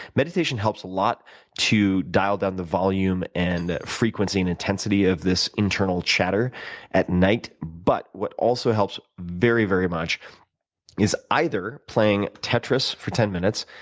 meditation helps a lot to dial down the volume and frequency and intensity of this internal chatter at night. but what also helps very, very much is either playing tetris for ten minutes,